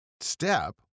step